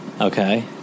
Okay